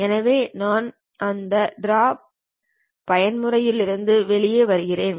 எனவே நான் அந்த டிரா பயன்முறையிலிருந்து வெளியே வருவேன்